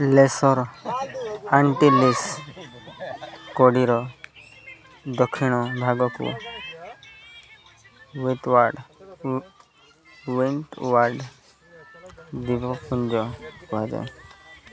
laser Antilles କଡ଼ିର ଦକ୍ଷିଣ ଭାଗକୁ ୱିଣ୍ଡୱାର୍ଡ଼୍ ଦ୍ୱୀପପୁଞ୍ଜ କୁହାଯାଏ